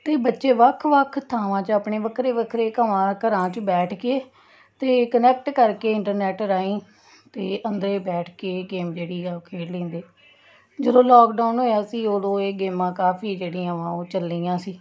ਅਤੇ ਬੱਚੇ ਵੱਖ ਵੱਖ ਥਾਵਾਂ 'ਚ ਆਪਣੇ ਵੱਖਰੇ ਵੱਖਰੇ ਕਵਾਂ ਘਰਾਂ 'ਚ ਬੈਠ ਕੇ ਅਤੇ ਕਨੈਕਟ ਕਰਕੇ ਇੰਟਰਨੈਟ ਰਾਹੀਂ ਅਤੇ ਅੰਦਰੇ ਬੈਠ ਕੇ ਗੇਮ ਜਿਹੜੀ ਆ ਉਹ ਖੇਡ ਲੈਂਦੇ ਜਦੋਂ ਲਾਕਡਾਊਨ ਹੋਇਆ ਸੀ ਉਦੋਂ ਇਹ ਗੇਮਾਂ ਕਾਫ਼ੀ ਜਿਹੜੀਆਂ ਵਾ ਉਹ ਚੱਲੀਆਂ ਸੀ